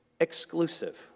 exclusive